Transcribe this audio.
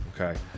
okay